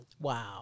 Wow